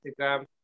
Instagram